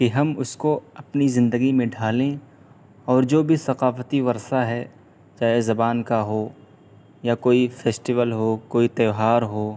کہ ہم اس کو اپنی زندگی میں ڈھالیں اور جو بھی ثقافتی ورثہ ہے چاہے زبان کا ہو یا کوئی فیسٹیول ہو کوئی تیوہار ہو